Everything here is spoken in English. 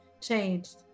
changed